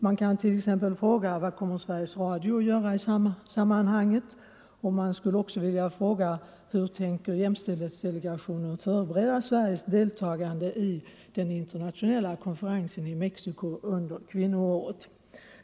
Man kan t.ex. fråga: Vad kommer Sveriges Radio att göra i sammanhanget? Och hur tänker jämställdhetsdelegationen förbereda Sveriges deltagande i den internationella konferensen i Mexico under kvinnoåret?